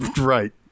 right